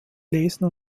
lesen